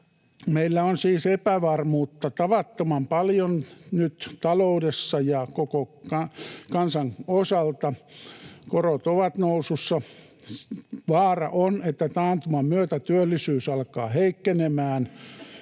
Meillä on siis epävarmuutta tavattoman paljon nyt taloudessa ja koko kansan osalta. Korot ovat nousussa. Vaara on, että taantuman myötä työllisyys alkaa heikkenemään.